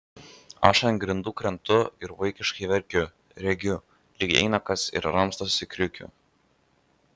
aš ant grindų krentu ir vaikiškai verkiu regiu lyg eina kas ir ramstosi kriukiu